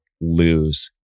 lose